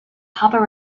papa